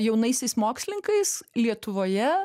jaunaisiais mokslininkais lietuvoje